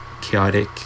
chaotic